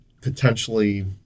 potentially